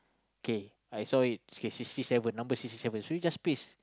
okay I saw it okay sixty seven number sixty seven so you just paste